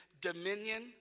dominion